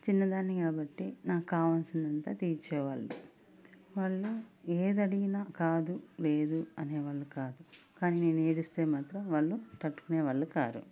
చిన్నదాన్ని కాబట్టి నాక్కావల్సిందంతా తీర్చేవాళ్ళు వాళ్ళు ఏదడిగినా కాదు లేదు అనేవాళ్ళు కాదు కానీ నేను ఏడిస్తే మాత్రం వాళ్ళు తట్టుకునేవాళ్ళు కారు